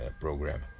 program